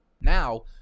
Now